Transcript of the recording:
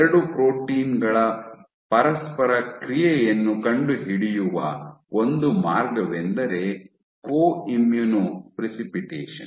ಎರಡು ಪ್ರೋಟೀನ್ ಗಳ ಪರಸ್ಪರ ಕ್ರಿಯೆಯನ್ನು ಕಂಡುಹಿಡಿಯುವ ಒಂದು ಮಾರ್ಗವೆಂದರೆ ಕೋ ಇಮ್ಯುನೊ ಪ್ರೆಸಿಪಿಟೇಷನ್